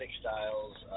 styles